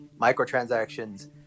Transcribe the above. microtransactions